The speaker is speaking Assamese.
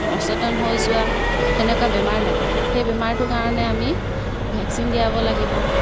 অচেতন হৈ যোৱা সেনেকুৱা বেমাৰ লাগে সেই বেমাৰটোৰ কাৰণে আমি ভেকচিন দিয়াব লাগিব